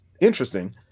interesting